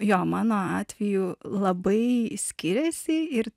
jo mano atveju labai skiriasi ir